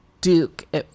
Duke